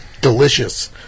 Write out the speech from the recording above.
Delicious